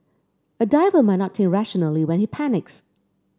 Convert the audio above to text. a diver might not think rationally when he panics